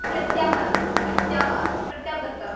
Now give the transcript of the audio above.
प्रत्यागतवान् प्रत्यागतः प्रत्यागतः